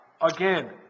again